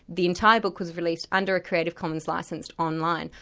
the entire book was released under a creative commons licence online.